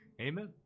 Amen